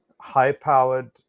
high-powered